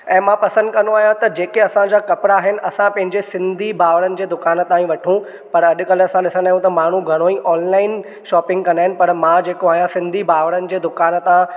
ऐं मां पसंदि कंदो आहियां त जेके असांजा कपिड़ा आहिनि असां पंहिंजे सिंधी भाउरनि जे दुकान तव्हां हीअ वठो पर अॼुकल्ह असां ॾिसंदा आहियूं त माण्हू घणो ई ऑनलाइन शॉपिंग कंदा आहिनि पर मां जेको आहियां सिंधी भाउरनि जे दुकान तां